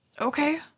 okay